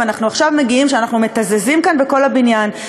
ואנחנו עכשיו מגיעים כשאנחנו מתזזים כאן בכל הבניין,